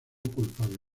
culpable